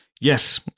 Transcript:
Yes